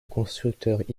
constructeur